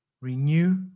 renew